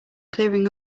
clearing